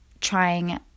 trying